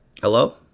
Hello